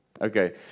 Okay